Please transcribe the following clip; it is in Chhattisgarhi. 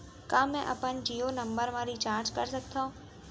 का मैं अपन जीयो नंबर म रिचार्ज कर सकथव?